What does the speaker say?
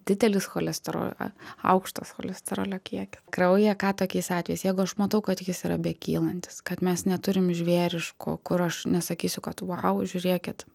didelis cholesterolio aukštas cholesterolio kiekis kraujyje ką tokiais atvejais jeigu aš matau kad jis yra bekylantis kad mes neturim žvėriško kur aš nesakysiu kad vau žiūrėkit